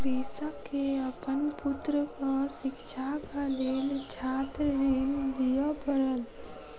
कृषक के अपन पुत्रक शिक्षाक लेल छात्र ऋण लिअ पड़ल